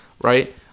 right